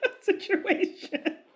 situation